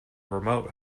remote